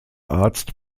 arzt